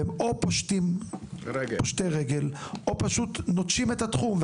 והם או פושטים רגל או פשוט נוטשים את התחום.